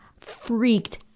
freaked